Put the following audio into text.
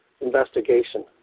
investigation